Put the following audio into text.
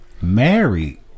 married